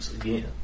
again